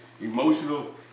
emotional